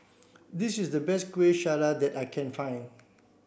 this is the best Kuih Syara that I can find